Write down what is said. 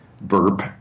burp